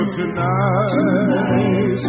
tonight